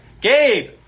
Gabe